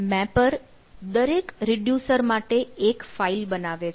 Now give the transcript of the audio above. mapper દરેક reducer માટે એક ફાઈલ બનાવે છે